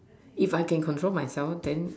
if I can control myself then